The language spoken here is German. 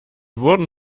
wurden